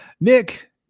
Nick